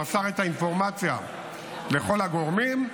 שמסר את האינפורמציה לכל הגורמים,